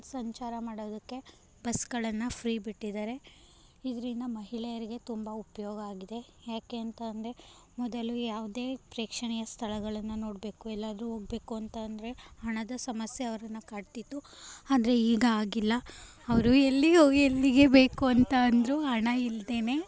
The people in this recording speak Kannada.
ಸಂಚಾರ ಮಾಡೋದಕ್ಕೆ ಬಸ್ಗಳನ್ನು ಫ್ರೀ ಬಿಟ್ಟಿದಾರೆ ಇದರಿಂದ ಮಹಿಳೆಯರಿಗೆ ತುಂಬ ಉಪಯೋಗ ಆಗಿದೆ ಯಾಕೆ ಅಂತ ಅಂದರೆ ಮೊದಲು ಯಾವುದೇ ಪ್ರೇಕ್ಷಣೀಯ ಸ್ಥಳಗಳನ್ನು ನೋಡಬೇಕು ಎಲ್ಲಾದ್ರೂ ಹೋಗ್ಬೇಕು ಅಂತ ಅಂದ್ರೆ ಹಣದ ಸಮಸ್ಯೆ ಅವರನ್ನು ಕಾಡ್ತಿತ್ತು ಆದರೆ ಈಗ ಆಗಿಲ್ಲ ಅವರು ಎಲ್ಲಿಗೆ ಹೋಗಿ ಎಲ್ಲಿಗೆ ಬೇಕು ಅಂತ ಅಂದರು ಹಣ ಇಲ್ಲದೇನೆ